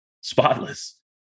spotless